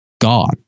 God